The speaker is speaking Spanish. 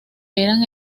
eran